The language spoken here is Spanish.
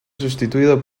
sustituido